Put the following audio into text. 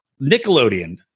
Nickelodeon